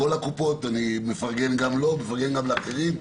אני מפרגן גם לו וגם לקופות האחרות,